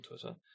Twitter